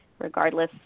regardless